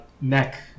neck